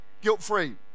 guilt-free